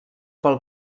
pel